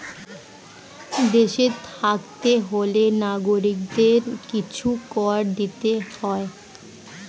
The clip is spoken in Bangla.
দেশে থাকতে হলে নাগরিকদের কিছু কর দিতে হয়